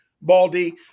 Baldy